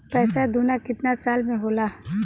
पैसा दूना कितना साल मे होला?